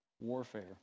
warfare